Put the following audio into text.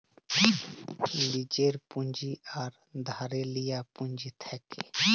লীজের পুঁজি আর ধারে লিয়া পুঁজি থ্যাকে